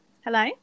Hello